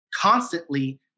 Constantly